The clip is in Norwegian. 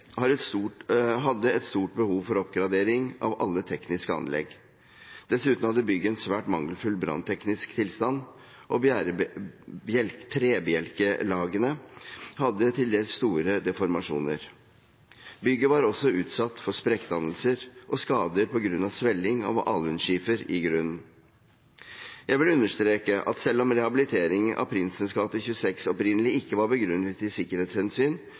hadde et stort behov for oppgradering av alle tekniske anlegg. Dessuten hadde bygget en svært mangelfull brannteknisk tilstand, og trebjelkelagene hadde til dels store deformasjoner. Bygget var også utsatt for sprekkdannelser og skader på grunn av svelling av alunskifer i grunnen. Jeg vil understreke at selv om rehabiliteringen av Prinsens gate 26 opprinnelig ikke var begrunnet i sikkerhetshensyn,